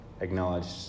acknowledged